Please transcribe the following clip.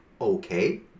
okay